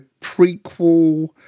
prequel